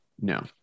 no